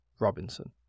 Robinson